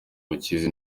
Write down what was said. bukizi